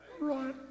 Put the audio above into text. right